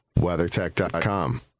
WeatherTech.com